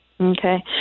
Okay